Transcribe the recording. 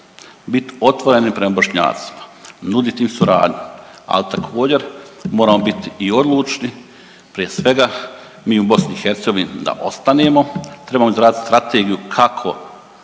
bit otvoreni prema Bošnjacima, nudit im suradnju, ali također moramo biti i odlučni. Prije svega mi u BiH da ostanemo trebamo izraditi strategiju kako